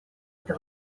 это